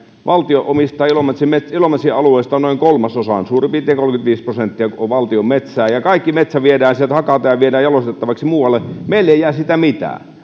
valtio omistaa ilomantsin alueesta noin kolmasosan suurin piirtein kolmekymmentäviisi prosenttia on valtion metsää ja kaikki metsä viedään sieltä hakataan ja viedään jalostettavaksi muualle meille ei jää siitä mitään